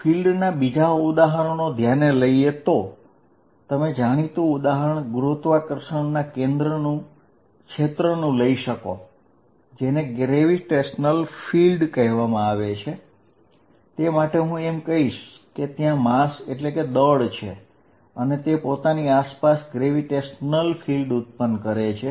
ફિલ્ડના બીજા ઉદાહરણો ધ્યાને લઈએ તો તમે જાણીતું ઉદાહરણ ગુરુત્વાકર્ષણના ક્ષેત્ર નું લઈ શકો તે માટે હું એમ કહી શકીશ કે ત્યાં દળ છે અને તે પોતાની આસપાસ ગુરુત્વાકર્ષણ ક્ષેત્ર ઉત્પન્ન કરે છે